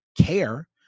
care